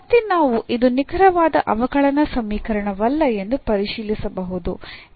ಮತ್ತೆ ನಾವು ಇದು ನಿಖರವಾದ ಅವಕಲನ ಸಮೀಕರಣವಲ್ಲ ಎಂದು ಪರಿಶೀಲಿಸಬಹುದು ಏಕೆಂದರೆ